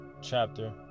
chapter